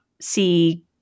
see